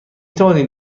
توانید